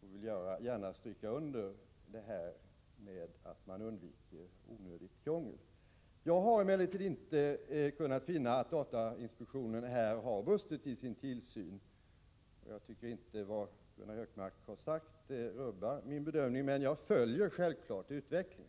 och vill gärna stryka under detta med att man undviker onödigt krångel. Jag har emellertid inte kunnat finna att datainspektionen har brustit i sin tillsyn. Jag tycker inte att det som Gunnar Hökmark här har sagt rubbar min bedömning, men jag följer självfallet utvecklingen.